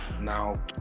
now